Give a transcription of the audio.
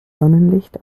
sonnenlicht